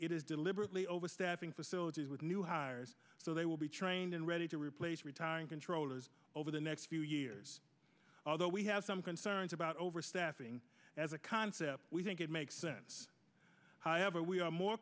it is deliberately overstepping facilities with new hires so they will be trained and ready to replace retiring controllers over the next few years although we have some concerns about over staffing as a concept we think it makes sense but we are more